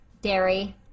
dairy